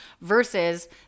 versus